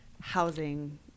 housing